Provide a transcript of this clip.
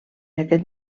aquest